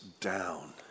down